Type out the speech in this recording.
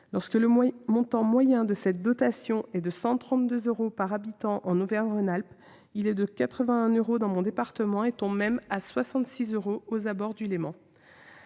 Lorsque le montant moyen de cette dotation est de 132 euros par habitant en Auvergne-Rhône-Alpes, il est de 81 euros dans mon département et il tombe même à 66 euros aux abords du Léman.